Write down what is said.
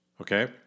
okay